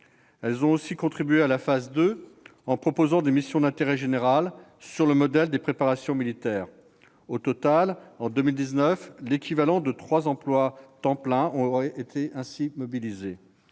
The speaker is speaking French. Elles ont aussi contribué à la phase 2, en proposant des missions d'intérêt général sur le modèle des préparations militaires. Au total, en 2019, trois équivalents temps plein auront été mobilisés.